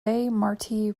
marti